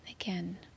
Again